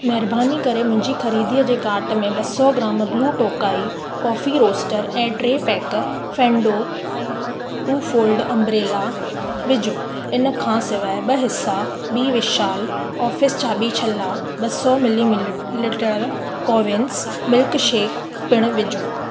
महिरबानी करे मुंहिंजी ख़रीदारी जे काट में ॿ सौ gram Blue Tokai coffee roaster ऐं टे पैक फेन्डो टू फोल्ड अम्ब्रेला विझो इन खां सिवाइ ॿ हिस्सा बी विशाल ऑफिस चाबी छ्ला ॿ सौ मिली मिलीलीटर कोविन्स मिल्कशेक पिण विझो